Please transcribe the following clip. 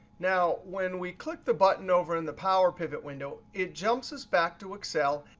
now, when we click the button over in the power pivot window, it jumps us back to excel,